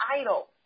idle